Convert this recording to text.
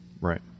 Right